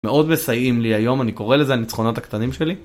מאוד מסייעים לי היום אני קורא לזה ניצחונות הקטנים שלי.